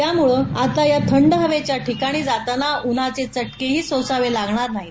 त्यामुळे आता या थंड हवेच्या ठिकाणी जाताना उन्हाचे चटकेही सोसावे लागणार नाहीत